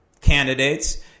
candidates